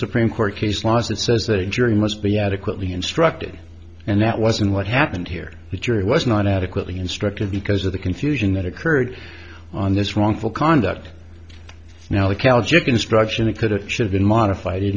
supreme court case law that says that a jury must be adequately instructed and that wasn't what happened here the jury was not adequately instructed because of the confusion that occurred on this wrongful conduct now the celtic instruction that could've should've been modified